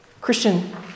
Christian